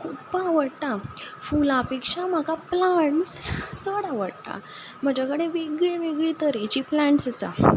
खूब आवडटा फुलां पेक्षा म्हाका प्लांट्स चड आवडटा म्हज्या कडेन वेगळे वेगळे तरेचीं प्लांट्स आसा